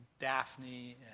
Daphne